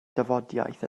dafodiaith